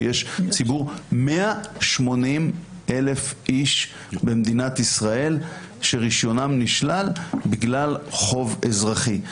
כי יש 180,000 איש במדינת ישראל שרישיונם נשלל בגלל חוב אזרחי.